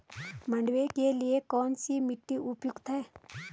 मंडुवा के लिए कौन सी मिट्टी उपयुक्त है?